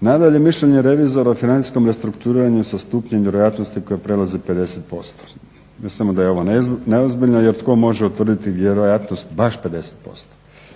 Nadalje, mišljenje revizora o financijskom restrukturiranju sa stupnjem vjerojatno koji prelazi 50%. Ne samo da je ovo neozbiljno jer tko može utvrditi vjerojatnost baš 50%.